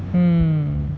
mm